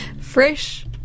fresh